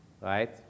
right